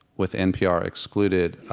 with npr excluded,